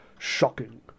Shocking